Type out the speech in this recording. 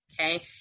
Okay